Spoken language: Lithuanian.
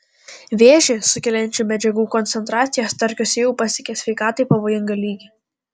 vėžį sukeliančių medžiagų koncentracija starkiuose jau pasiekė sveikatai pavojingą lygį